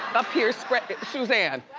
up here spreading it. suzanne.